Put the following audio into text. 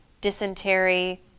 dysentery